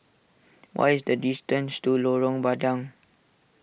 what is the distance to Lorong Bandang